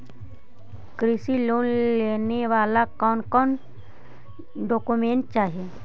कृषि लोन लेने ला कोन कोन डोकोमेंट चाही?